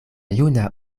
juna